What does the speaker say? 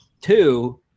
Two